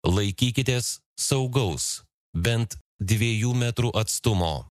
laikykitės saugaus bent dviejų metrų atstumo